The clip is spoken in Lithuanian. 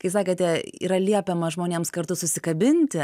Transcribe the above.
kai sakėte yra liepiama žmonėms kartu susikabinti